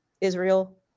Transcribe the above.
Israel